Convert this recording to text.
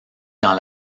dans